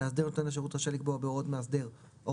מאסדר נותן השירות רשאי לקבוע,